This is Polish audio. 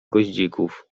goździków